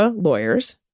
lawyers